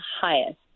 highest